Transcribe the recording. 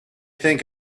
think